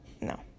no